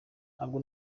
ntabwo